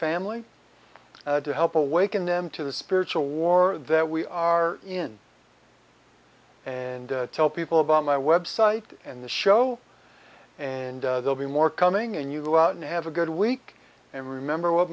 family to help awaken them to the spiritual war that we are in and tell people about my website and the show and they'll be more coming and you go out and have a good week and remember what